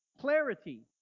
clarity